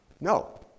No